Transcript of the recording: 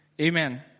amen